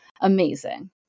amazing